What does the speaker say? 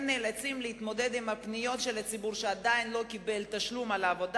הם נאלצים להתמודד עם הפניות של הציבור שעדיין לא קיבל תשלום על העבודה